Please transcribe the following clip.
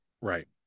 Right